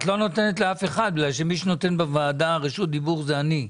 את לא נותנת לאף אחד כי מי שנותן בוועדה רשות דיבור זה אני.